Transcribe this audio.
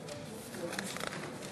מתנגדים.